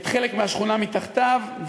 חלק מהשכונה מתחתיו.